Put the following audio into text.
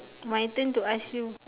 my turn to ask you